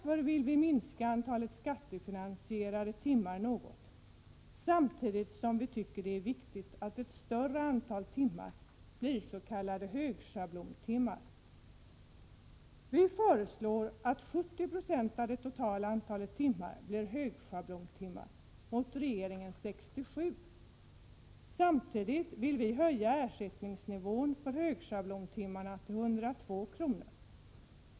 Vi vill därför minska antalet skattefinansierade timmar något, samtidigt som vi tycker att det är viktigt att ett större antal timmar blir s.k. högschablontimmar. Vi föreslår att 70 26 av det totala antalet timmar blir högschablontimmar, i stället för regeringens 67 Jo. Samtidigt vill vi höja ersättningsnivån för högschablontimmarna till 102 kr.